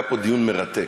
היה פה דיון מרתק.